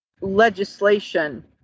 legislation